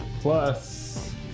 plus